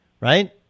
right